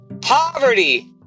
poverty